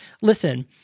listen